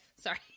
Sorry